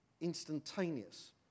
instantaneous